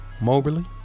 Moberly